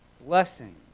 blessings